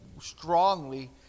strongly